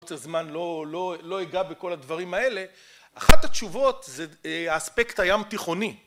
חוסר זמן לא אגע בכל הדברים האלה אחת התשובות זה האספקט הים תיכוני